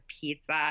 pizza